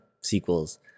sequels